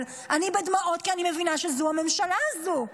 אבל אני בדמעות, כי אני מבינה שזו הממשלה הזו.